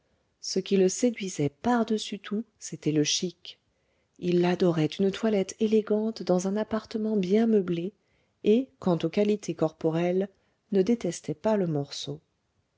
ce qui le séduisait pardessus tout c'était le chic il adorait une toilette élégante dans un appartement bien meublé et quant aux qualités corporelles ne détestait pas le morceau